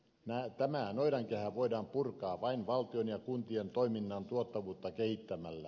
tämä noidankehä voidaan purkaa vain valtion ja kuntien toiminnan tuottavuutta kehittämällä